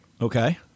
Okay